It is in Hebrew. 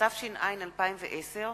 התש"ע 2010,